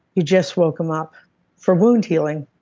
you just woke them up for wound healing,